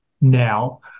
now